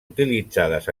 utilitzades